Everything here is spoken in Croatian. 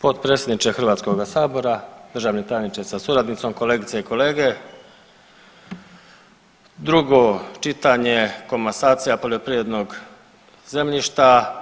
Potpredsjedniče Hrvatskoga sabora, državni tajniče sa suradnicom, kolegice i kolege drugo čitanje komasacija poljoprivrednog zemljišta.